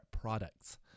products